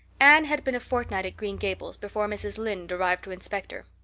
anne had been a fortnight at green gables before mrs. lynde arrived to inspect her.